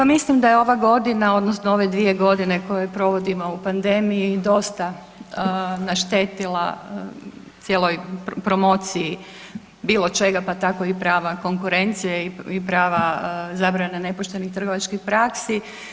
Ja mislim da je ova godina odnosno ove 2 g. koje provodimo u pandemiji, dosta naštetila cijeloj promociji bilo čega pa tako i prava konkurencije i prava zabrane nepoštenih trgovačkih praksi.